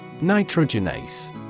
Nitrogenase